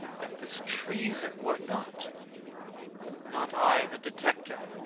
that this treason were not or not i the detector!